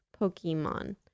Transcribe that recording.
Pokemon